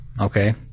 okay